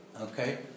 Okay